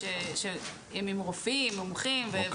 אם הם רופאים, מומחים.